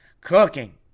Cooking